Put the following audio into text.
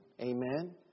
Amen